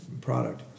product